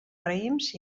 raïms